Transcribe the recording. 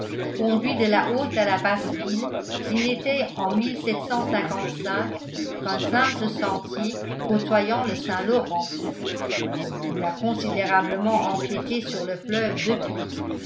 conduit de la haute à la basse ville qui n'était en quun simple sentier côtoyant le saint-laurent on a considérablement empiété sur le fleuve depuis